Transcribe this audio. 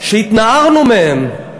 שהתנערנו מהם,